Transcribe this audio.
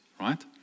right